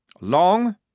Long